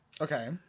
Okay